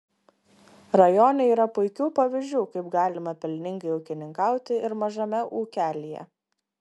rajone yra puikių pavyzdžių kaip galima pelningai ūkininkauti ir mažame ūkelyje